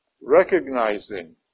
recognizing